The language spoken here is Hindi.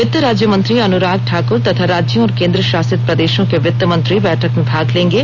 वित्त राज्यमंत्री अनुराग ठाकुर तथा राज्यों और केंद्र शासित प्रदेशों के वित्त मंत्री बैठक में भाग लेंगे